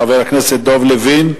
חבר הכנסת יריב לוין,